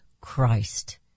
Christ